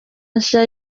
nshya